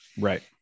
Right